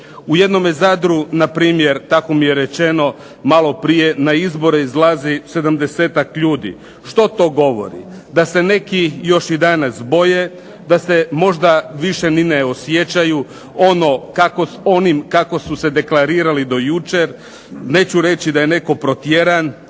U jednome Zadru npr. tako mi je rečeno maloprije, na izbore izlazi 70-tak ljudi. Što to govori? Da se neki još i danas boje, da se možda više ni ne osjećaju onim kako su se deklarirali do jučer, neću reći da je netko protjeran